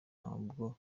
ntabwo